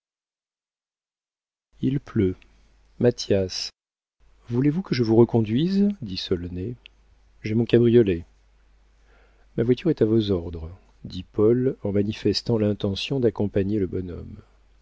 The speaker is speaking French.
il pleut mathias voulez-vous que je vous reconduise dit solonet j'ai mon cabriolet ma voiture est à vos ordres dit paul en manifestant l'intention d'accompagner le bonhomme